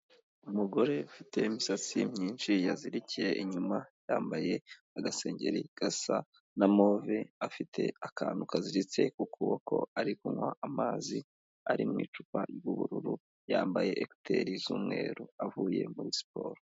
Umugore ufite imisatsi myinshi yazirikiye inyuma, yambaye agasengeri gasa na move, afite akantu kaziziritse ku kuboko, ari kunywa amazi ari mu icupa ry'ubururu, yambaye ekuteri z'umweru avuye muri siporo.